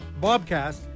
bobcast